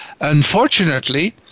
Unfortunately